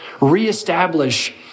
reestablish